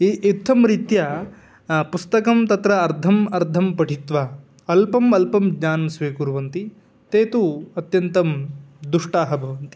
इ इत्थं रीत्या पुस्तकं तत्र अर्धम् अर्धं पठित्वा अल्पम् अल्पं ज्ञानं स्वीकुर्वन्ति ते तु अत्यन्तं दुष्टाः भवन्ति